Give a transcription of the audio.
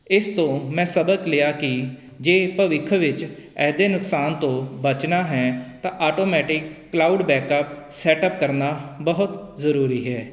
ਇਸ ਤੋਂ ਮੈਂ ਸਬਕ ਲਿਆ ਕਿ ਜੇ ਭਵਿੱਖ ਵਿੱਚ ਇਹਦੇ ਨੁਕਸਾਨ ਤੋਂ ਬੱਚਣਾ ਹੈ ਤਾਂ automatic cloud backup set up ਕਰਨਾ ਬਹੁਤ ਜ਼ਰੂਰੀ ਹੈ